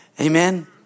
Amen